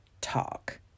talk